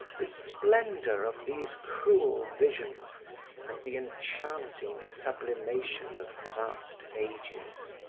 the splendor of these cruel visions and the enchanting sublimation of past ages.